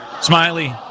Smiley